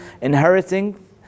inheriting